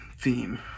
Theme